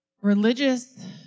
religious